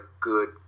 good